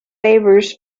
favors